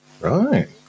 Right